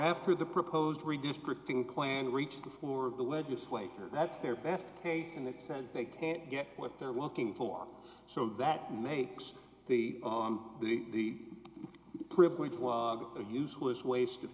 after the proposed redistricting plan reached before the legislature that's their best case and it says they can't get what they're working for so that makes the the privilege was a useless waste of